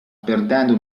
perdendo